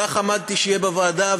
כך עמדתי שיהיה בוועדה,